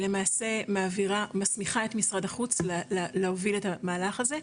למעשה מסמיכה את משרד החוץ להוביל את המהלך הזה,